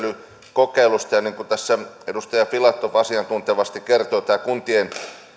kokeilusta ja niin kuin tässä edustaja filatov asiantuntevasti kertoi kuntien